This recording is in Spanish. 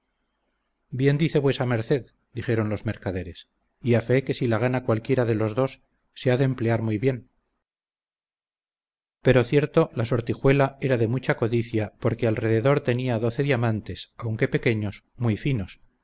bien dice vuesa merced dijeron los mercaderes y a fe que si la gana cualquiera de los dos se ha de emplear muy bien pero cierto la sortijuela era de mucha codicia porque alrededor tenía doce diamantes aunque pequeños muy finos